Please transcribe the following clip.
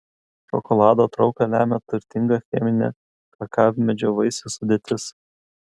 šokolado trauką lemia turtinga cheminė kakavmedžio vaisių sudėtis